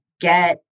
get